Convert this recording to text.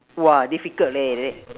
!wah! difficult leh like that